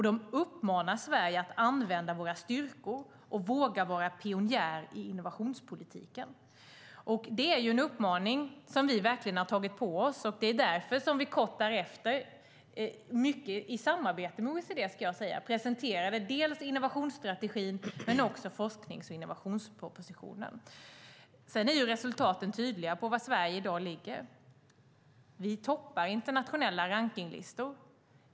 De uppmanar Sverige att använda sina styrkor och våga vara pionjär i innovationspolitiken. Det är en uppmaning som vi verkligen har tagit till oss. Det är därför som vi kort därefter, mycket i samarbete med OECD, presenterade dels innovationsstrategin, dels forsknings och innovationspropositionen. Resultaten är tydliga på var Sverige ligger i dag. Vi toppar internationella rankningslistor.